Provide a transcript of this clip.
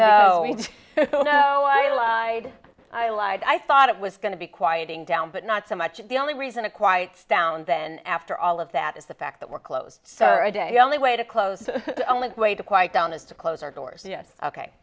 so i lied i lied i thought it was going to be quieting down but not so much the only reason it quiets down then after all of that is the fact that we're close to a day only way to close the only way to quiet down is to close our doors yes ok